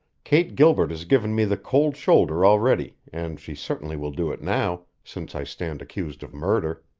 kate gilbert has given me the cold shoulder already, and she certainly will do it now, since i stand accused of murder.